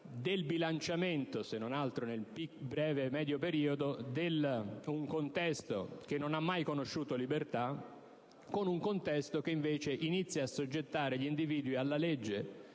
del bilanciamento, se non altro nel breve-medio periodo, di un contesto che non ha mai conosciuto libertà) favoriscano l'evoluzione di un contesto che invece inizia ad assoggettare gli individui alla legge,